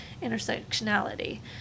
intersectionality